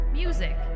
music